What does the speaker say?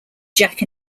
jack